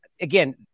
again